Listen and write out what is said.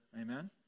amen